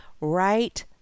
right